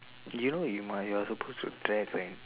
you know you might you are supposed to drag right